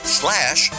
slash